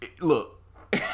look